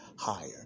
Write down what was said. higher